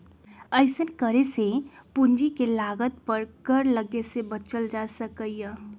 अइसन्न करे से पूंजी के लागत पर कर लग्गे से बच्चल जा सकइय